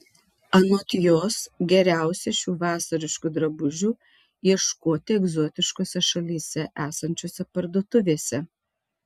anot jos geriausia šių vasariškų drabužių ieškoti egzotiškose šalyse esančiose parduotuvėse